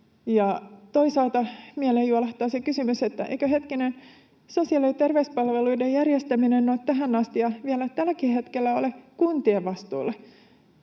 Toisaalta mieleen juolahtaa se kysymys, eikö, hetkinen, sosiaali- ja terveyspalveluiden järjestäminen tähän asti ja vielä tälläkin hetkellä ole kuntien vastuulla.